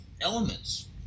elements